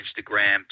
Instagram